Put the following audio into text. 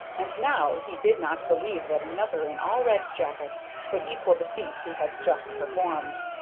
and now he did not believe that another in all red jacket could equal the feat he had just performed.